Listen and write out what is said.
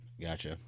Gotcha